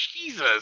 Jesus